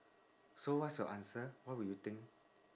so what's your answer what would you think